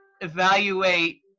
evaluate